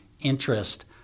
interest